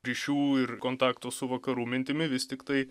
ryšių ir kontaktų su vakarų mintimi vis tiktai